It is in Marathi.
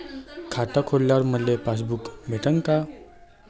खातं खोलल्यावर मले पासबुक भेटन का?